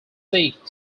seek